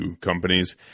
companies